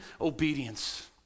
obedience